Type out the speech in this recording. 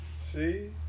See